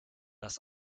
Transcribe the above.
dass